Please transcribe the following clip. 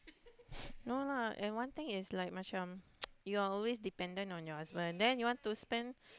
no lah and one thing is like macam) you always dependent on your husband then you want to spent